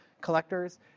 collectors